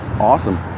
awesome